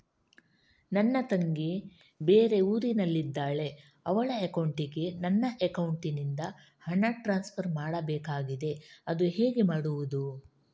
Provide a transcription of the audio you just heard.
ನನ್ನ ತಂಗಿ ಬೇರೆ ಊರಿನಲ್ಲಿದಾಳೆ, ಅವಳ ಅಕೌಂಟಿಗೆ ನನ್ನ ಅಕೌಂಟಿನಿಂದ ಹಣ ಟ್ರಾನ್ಸ್ಫರ್ ಮಾಡ್ಬೇಕಾಗಿದೆ, ಅದು ಹೇಗೆ ಮಾಡುವುದು?